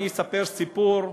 אני אספר סיפור,